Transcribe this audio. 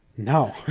No